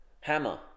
Hammer